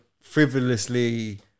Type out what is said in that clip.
frivolously